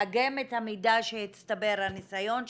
לאגם את המידע שהצטבר והניסיון שהצטבר.